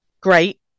Great